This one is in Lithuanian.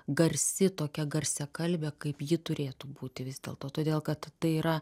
garsi tokia garsiakalbė kaip ji turėtų būti vis dėlto todėl kad tai yra